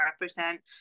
represent